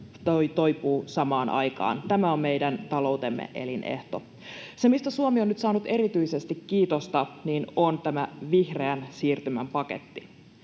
toipuu samaan aikaan. Tämä on meidän taloutemme elinehto. Se, mistä Suomi on nyt saanut erityisesti kiitosta, on tämä vihreän siirtymän paketti.